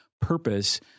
purpose